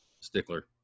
stickler